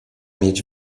mieć